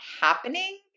happening